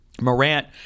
Morant